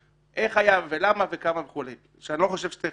לכן אני חושב שבמקרה של אירוע צריך